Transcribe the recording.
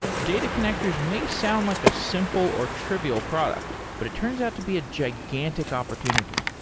data connectors may sound like a simple or trivial product, but it turns out to be a gigantic opportunity.